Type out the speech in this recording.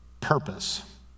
purpose